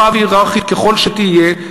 קשוחה והייררכית ככל שתהיה,